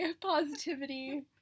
positivity